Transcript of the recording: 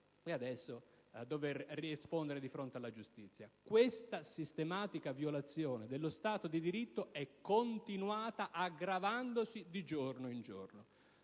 adesso egli deve rispondere di fronte alla giustizia. Questa sistematica violazione dello Stato di diritto è continuata, aggravandosi di giorno in giorno.